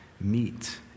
meet